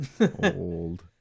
Old